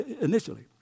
initially